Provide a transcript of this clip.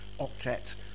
octet